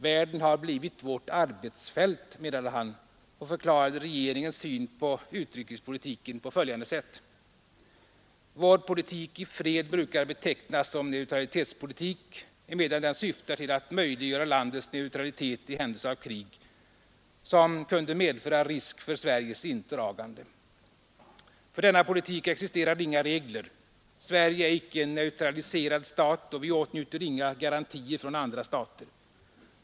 Världen har blivit vårt arbetsfält, menade han, och förklarade regeringens syn på utrikespolitiken på följande sätt: ”Vår politik i fred brukar betecknas som neutralitetspolitik emedan den syftar till att möjliggöra landets neutralitet i händelse av krig, som kunde medföra risk för Sveriges indragande. För denna politik existerar inga regler. Sverige är icke en neutraliserad stat och vi åtnjuter inga garantier från andra stater.